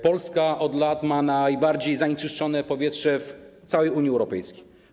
Polska od lat ma najbardziej zanieczyszczone powietrze w całej Unii Europejskiej.